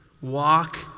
Walk